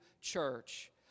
church